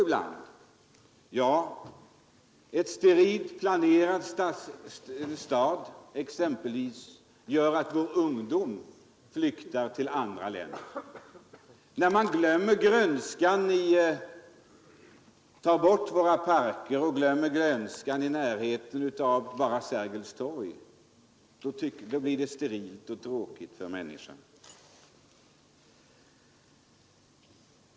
Ja, en sak kan vara en sterilt planerad stad som exempelvis gör att vår ungdom flyktar till andra länder. När man tar bort våra parker och glömmer grönskan — se bara på Sergels torg! — då blir det sterilt och tråkigt för människan.